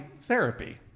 therapy